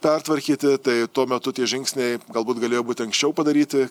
pertvarkyti tai tuo metu tie žingsniai galbūt galėjo būti anksčiau padaryti